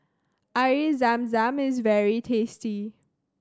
Air Zam Zam is very tasty